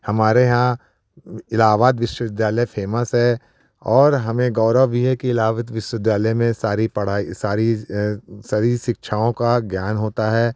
हमारे यहाँ इलाहाबाद विश्वविद्यालय फ़ेमस है और हमें गौरव यह है कि इलाहाबाद विश्वविद्यालय में सारी पढ़ाई सारी सभी शिक्षाओं का ज्ञान होता है